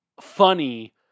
funny